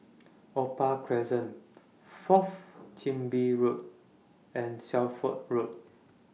Opal Crescent Fourth Chin Bee Road and Shelford Road